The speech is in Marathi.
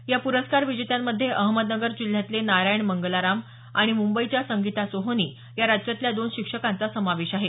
या प्रस्कार विजेत्यांमध्ये अहमदनगर जिल्ह्यातले नारायण मंगलाराम आणि मुंबईच्या संगिता सोहोनी या राज्यातल्या दोन शिक्षकांचा समावेश आहे